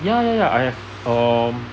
ya ya ya I have um